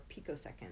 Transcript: picoseconds